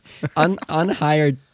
Unhired